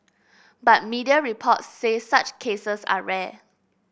but media reports say such cases are rare